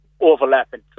overlapping